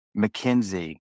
McKinsey